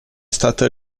stata